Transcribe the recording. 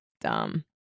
Dumb